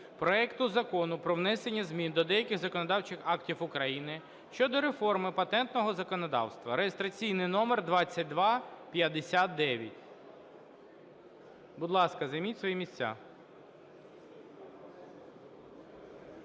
проекту Закону про внесення змін до деяких законодавчих актів України (щодо реформи патентного законодавства) (реєстраційний номер 2259). Будь ласка, займіть свої місця.